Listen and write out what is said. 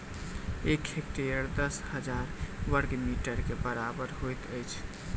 एक हेक्टेयर दस हजार बर्ग मीटर के बराबर होइत अछि